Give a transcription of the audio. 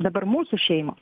dabar mūsų šeimos